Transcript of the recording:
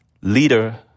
leader